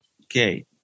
Okay